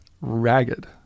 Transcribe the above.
ragged